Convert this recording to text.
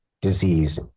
disease